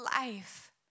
life